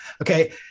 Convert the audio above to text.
Okay